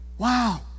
Wow